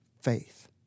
faith